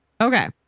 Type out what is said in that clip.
Okay